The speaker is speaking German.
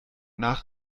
nach